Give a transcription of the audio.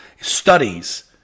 studies